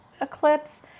eclipse